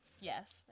Yes